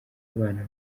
abana